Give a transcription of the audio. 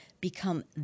become